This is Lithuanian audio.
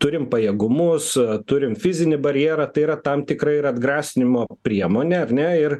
turim pajėgumus turim fizinį barjerą tai yra tam tikra yra atgrasymo priemonė ar ne ir